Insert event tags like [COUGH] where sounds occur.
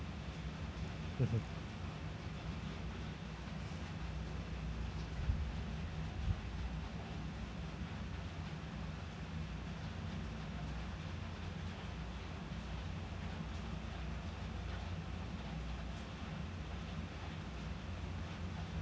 [LAUGHS]